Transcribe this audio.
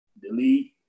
delete